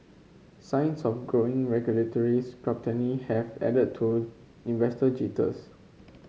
signs of growing regulatory have added to investor jitters